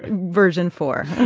version four